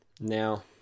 Now